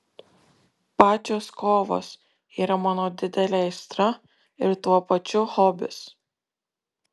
pačios kovos yra mano didelė aistra ir tuo pačiu hobis